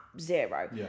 zero